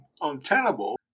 untenable